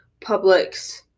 Publix